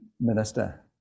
minister